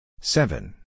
Seven